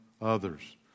others